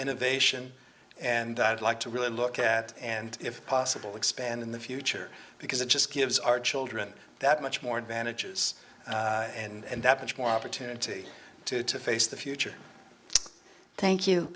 innovation and i'd like to really look at and if possible expand in the future because it just gives our children that much more advantages and that much more opportunity to face the future thank you